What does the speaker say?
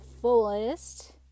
fullest